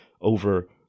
over